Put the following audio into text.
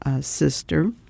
Sister